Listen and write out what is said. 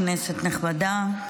כנסת נכבדה,